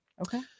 Okay